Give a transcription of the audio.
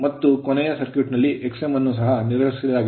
ಮತ್ತು ಕೊನೆಯ ಸರ್ಕ್ಯೂಟ್ ನಲ್ಲಿ Xm ಅನ್ನು ಸಹ ನಿರ್ಲಕ್ಷಿಸಲಾಗಿದೆ